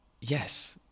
yes